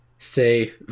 say